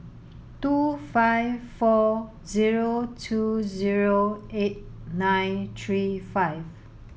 two five four zero two zero eight nine three five